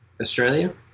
Australia